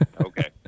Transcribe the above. okay